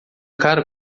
cara